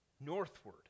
northward